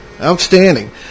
Outstanding